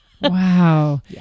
Wow